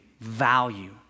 value